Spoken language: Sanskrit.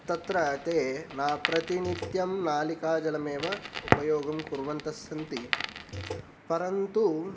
तत्र ते न प्रतिनित्यं नालिकाजलम् एव उपयोगं कुर्वन्तस्सन्ति परन्तु